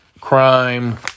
crime